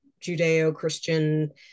judeo-christian